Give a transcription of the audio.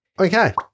Okay